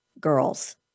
girls